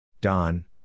Don